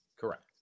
Correct